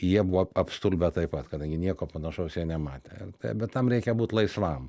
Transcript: jie buvo apstulbę taip pat kadangi nieko panašaus jie nematė ir bet tam reikia būt laisvam